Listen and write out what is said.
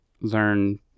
learn